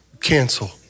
cancel